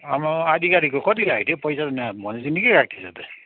आमामामाम् आधी गाडीको कति लाग्यो त्यो पैसा त न भनेपछि निकै काटिएछ त